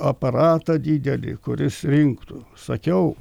aparatą didelį kuris rinktų sakiau